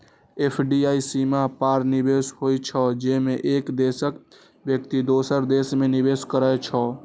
FDI सीमा पार निवेश होइ छै, जेमे एक देशक व्यक्ति दोसर देश मे निवेश करै छै